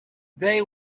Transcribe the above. they